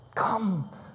Come